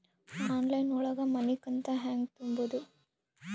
Online ಒಳಗ ಮನಿಕಂತ ಹ್ಯಾಂಗ ತುಂಬುದು?